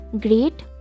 great